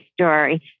story